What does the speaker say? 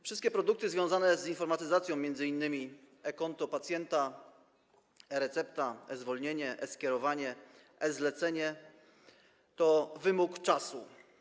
Wszystkie produkty związane z informatyzacją, m.in. e-konto pacjenta, e-recepta, e-zwolnienie, e-skierowanie, e-zlecenie, to wymóg czasu.